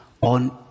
on